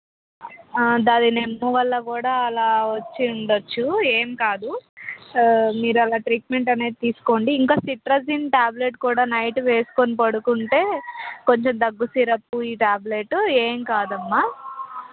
అది నెమ్ము వల్ల కూడా అలా వచ్చి ఉండచ్చు ఏమి కాదు మీరు అలా ట్రీట్మెంట్ అనేది తీసుకోండి ఇంకా సెటిరిజిన్ టాబ్లెట్ కూడా నైట్ వేసుకొని పడుకుంటే కొంచెం దగ్గు సిరప్ ఈ టాబ్లెట్ ఏమి కాదమ్మ